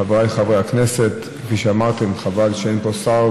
חבריי חברי הכנסת, כפי שאמרתם, חבל שאין פה שר.